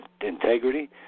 integrity